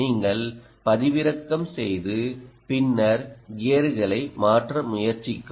நீங்கள் பதிவிறக்கம் செய்து பின்னர் கியர்களை மாற்ற முயற்சிக்கவும்